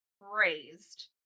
raised